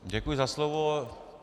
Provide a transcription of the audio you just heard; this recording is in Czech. Děkuji za slovo.